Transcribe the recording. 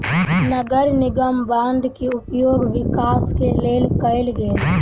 नगर निगम बांड के उपयोग विकास के लेल कएल गेल